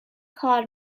کار